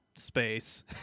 space